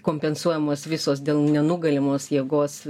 kompensuojamos visos dėl nenugalimos jėgos